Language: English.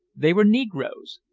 they were negroes,